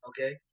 Okay